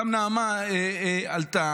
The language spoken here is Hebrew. גם נעמה עלתה,